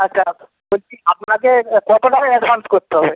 আচ্ছা বলছি আপনাকে কত টাকা অ্যাডভান্স করতে হবে